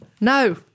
no